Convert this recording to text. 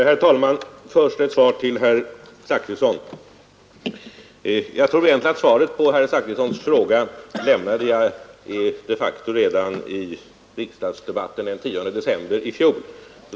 Herr talman! Först ett svar till herr Zachrisson. Jag tror att jag de facto lämnade svaret på herr Zachrissons fråga redan i riksdagsdebatten den 10 december i fjol.